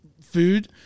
food